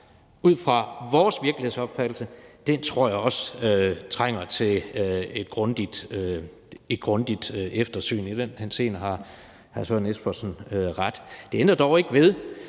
ud fra vores virkelighedsopfattelse, tror jeg også trænger til et grundigt eftersyn. I den henseende har hr. Søren Espersen ret. Det ændrer dog ikke ved,